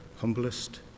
humblest